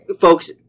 folks